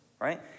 right